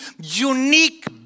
unique